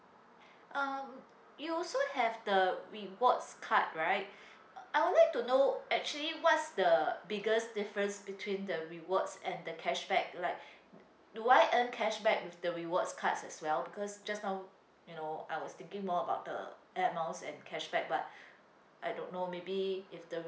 um you also have the rewards card right I would like to know actually what's the biggest difference between the rewards and the cashback like do I earn cashback with the rewards cards as well because just now you know I was thinking more about the air miles and cashback but I don't know maybe if the